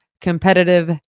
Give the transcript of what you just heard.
competitive